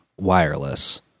wireless